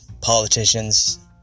politicians